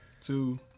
Two